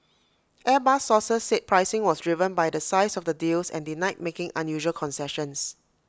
airbus sources said pricing was driven by the size of the deals and denied making unusual concessions